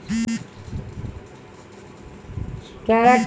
keratin से इलाज करावल बड़ी महँग बाटे